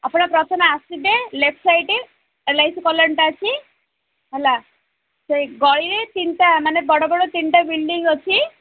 ଆପଣ ପ୍ରଥମେ ଆସିବେ left side L I C କଲୋନୀଟା ଅଛି ହେଲା ସେଇ ଗଳିରେ ତିନିଟା ମାନେ ବଡ଼ ବଡ଼ ତିନିଟା ବିଲଡ଼ିଙ୍ଗ୍ ଅଛି